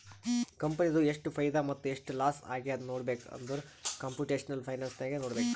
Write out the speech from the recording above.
ಕಂಪನಿದು ಎಷ್ಟ್ ಫೈದಾ ಮತ್ತ ಎಷ್ಟ್ ಲಾಸ್ ಆಗ್ಯಾದ್ ನೋಡ್ಬೇಕ್ ಅಂದುರ್ ಕಂಪುಟೇಷನಲ್ ಫೈನಾನ್ಸ್ ನಾಗೆ ನೋಡ್ಬೇಕ್